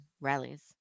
rallies